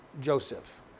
Joseph